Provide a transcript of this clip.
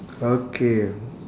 okay